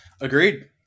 Agreed